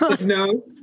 no